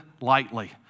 lightly